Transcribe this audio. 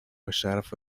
باشرف